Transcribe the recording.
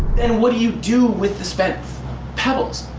and what do you do with spent pebbles?